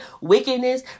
wickedness